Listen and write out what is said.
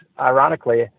ironically